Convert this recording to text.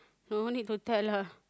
no need to tell lah